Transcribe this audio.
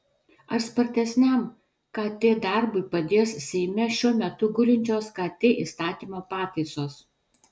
ar spartesniam kt darbui padės seime šiuo metu gulinčios kt įstatymo pataisos